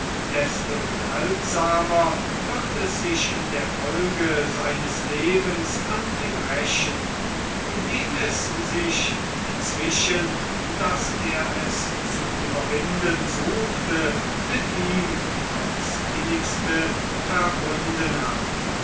desto gewaltsamer wird es sich in der folge seines lebens an ihm rächen indem es sich inzwischen daß er es zu überwinden suchte mit ihm aufs innigste verbunden hat